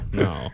no